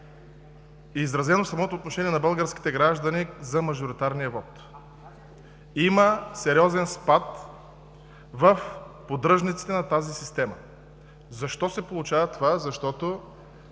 е изразено самото отношение на българските граждани към мажоритарния вот. Има сериозен спад в поддръжниците на тази система. Защо се получава това? Защото